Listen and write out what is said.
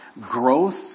Growth